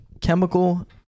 chemical